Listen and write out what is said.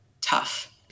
tough